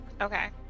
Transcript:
okay